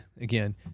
again